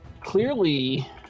Clearly